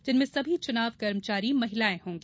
जिनमें सभी चुनाव कर्मचारी महिलाएं होंगी